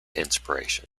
inspiration